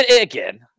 again